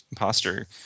imposter